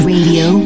Radio